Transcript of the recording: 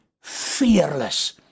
fearless